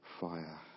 fire